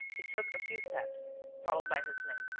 he took a few steps, followed by his men.